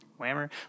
whammer